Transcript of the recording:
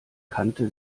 kannte